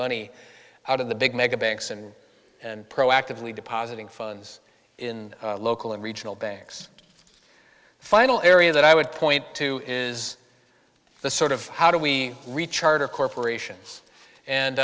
money out of the big mega banks and and proactively depositing funds in local and regional banks final areas that i would point to is the sort of how do we reach charter corporations